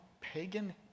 pagan